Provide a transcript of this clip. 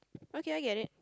okay I get it